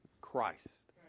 Christ